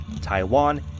Taiwan